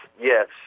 yes